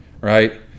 right